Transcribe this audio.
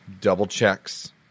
Double-checks